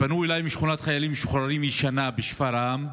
פנו אליי משכונת חיילים משוחררים הישנה בשפרעם,